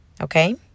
Okay